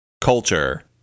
culture